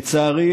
לצערי,